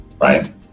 right